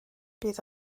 bydd